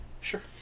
Sure